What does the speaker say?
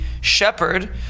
shepherd